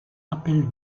appel